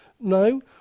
No